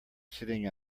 sitting